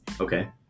Okay